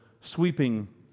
sweeping